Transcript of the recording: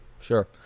Sure